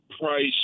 Price